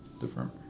different